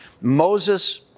Moses